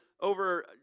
over